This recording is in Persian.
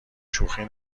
شوخی